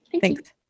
Thanks